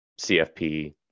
CFP